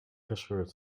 gescheurd